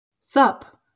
Sup